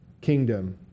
kingdom